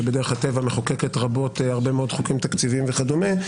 שבדרך הטבע מחוקקת רבות הרבה מאוד חוקים תקציביים וכדומה,